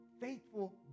faithful